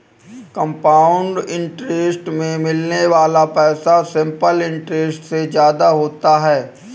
compound interest में मिलने वाला पैसा सिंपल इंटरेस्ट से ज्यादा होता है